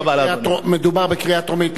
מדובר בקריאה טרומית.